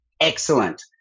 excellent